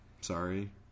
Sorry